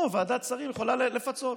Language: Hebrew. פה ועדת שרים יכולה לפצות.